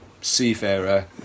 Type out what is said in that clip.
seafarer